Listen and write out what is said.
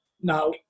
Now